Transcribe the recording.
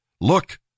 Look